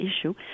issue